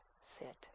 sit